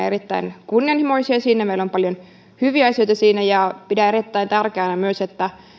erittäin kunnianhimoisia siinä meillä on paljon hyviä asioita siinä pidän erittäin tärkeänä myös että